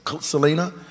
Selena